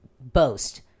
boast